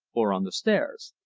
or on the stairs.